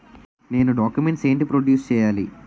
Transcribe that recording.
నేను డాక్యుమెంట్స్ ఏంటి ప్రొడ్యూస్ చెయ్యాలి?